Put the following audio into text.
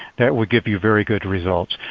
that would give you very good results.